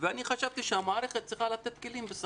ואני חשבתי שהמערכת צריכה לתת כלים.